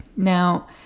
Now